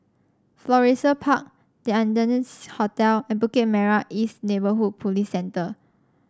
Florissa Park The Ardennes Hotel and Bukit Merah East Neighbourhood Police Centre